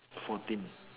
fourteen